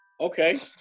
okay